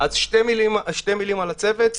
שתי מילים על הצוות.